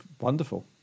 wonderful